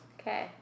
Okay